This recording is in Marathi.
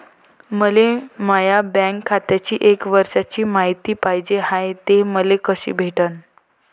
मले माया बँक खात्याची एक वर्षाची मायती पाहिजे हाय, ते मले कसी भेटनं?